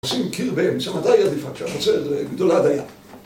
עושים קיר באמצע, מתי היא עדיפה? כשהחצר גדולה דיה